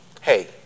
Hey